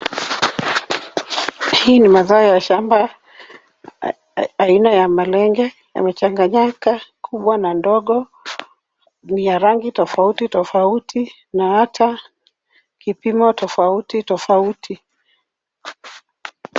Hii na mazao ya shamba aina ya malenge, yamechanganyika kubwa na ndogo, ni ya rangi tofauti tofauti na hata kipimo tofauti tofauti.